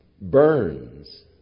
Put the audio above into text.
burns